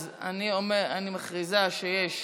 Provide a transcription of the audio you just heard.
אז אני מכריזה שיש